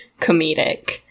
comedic